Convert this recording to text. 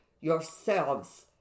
yourselves